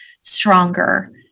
stronger